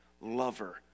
lover